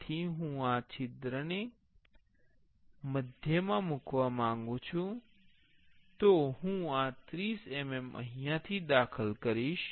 તેથી હું આ છિદ્રને મધ્યમાં મૂકવા માંગું છું તેથી હું 30 mm દાખલ કરીશ